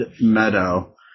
Meadow